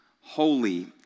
holy